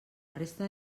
resta